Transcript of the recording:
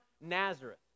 Nazareth